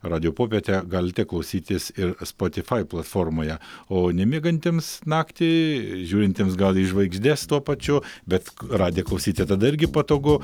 radijo popietę galite klausytis ir spotifai platformoje o nemiegantiems naktį žiūrintiems gal į žvaigždes tuo pačiu bet radiją klausyti tada irgi patogu